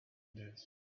his